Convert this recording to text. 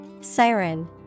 Siren